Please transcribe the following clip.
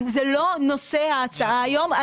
זה לא נושא ההצעה היום.